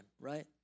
right